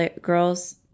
girls